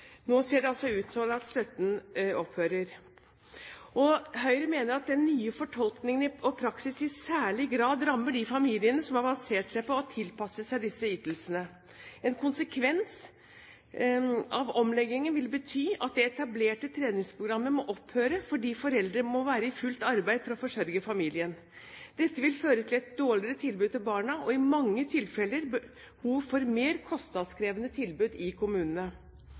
nå ser det altså ut som støtten fra dem opphører. Høyre mener den nye fortolkningen og praksis i særlig grad rammer de familiene som har basert seg på, og tilpasset seg, disse ytelsene. En konsekvens av omleggingen vil bety at det etablerte treningsprogrammet må opphøre fordi foreldrene må være i fullt arbeid for å forsørge familien. Dette vil føre til et dårligere tilbud til barna og i mange tilfeller behov for mer kostnadskrevende tilbud i kommunene.